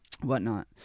whatnot